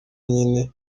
nyene